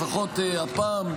לפחות הפעם,